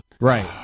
right